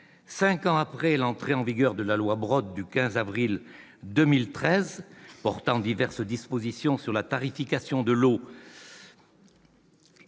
Cinq ans après l'entrée en vigueur de la loi Brottes du 15 avril 2013 portant diverses dispositions sur la tarification de l'eau